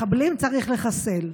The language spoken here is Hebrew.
מחבלים צריך לחסל.